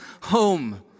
home